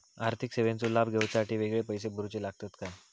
आर्थिक सेवेंचो लाभ घेवच्यासाठी वेगळे पैसे भरुचे लागतत काय?